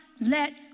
let